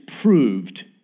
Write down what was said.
proved